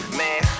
man